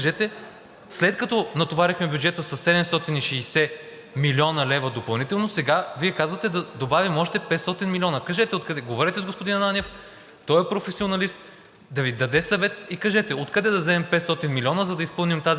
след като натоварихме бюджета със 760 млн. лв. допълнително, сега Вие казвате да добавим още 500 милиона. Кажете откъде, говорете с господин Ананиев, той е професионалист, да Ви даде съвет, и кажете откъде да вземем 500 милиона, за да изпълним тази мярка.